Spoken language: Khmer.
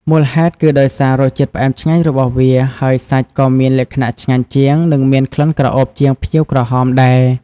មូលហេតុគឺដោយសាររសជាតិផ្អែមឆ្ងាញ់របស់វា ហើយសាច់ក៏មានលក្ខណៈឆ្ងាញ់ជាង និងមានក្លិនក្រអូបជាងផ្ញៀវក្រហមដែរ។